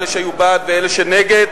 אלה שהיו בעד ואלה שנגד,